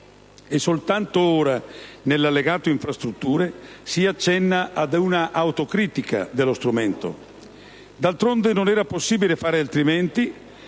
E soltanto ora, nell'Allegato «Infrastrutture», si accenna ad una autocritica dello strumento. D'altronde, non era possibile fare altrimenti,